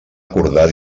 acordar